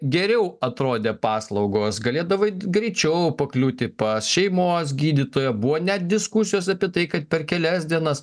geriau atrodė paslaugos galėdavai greičiau pakliūti pas šeimos gydytoją buvo net diskusijos apie tai kad per kelias dienas